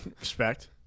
Respect